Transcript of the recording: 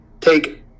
take